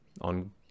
on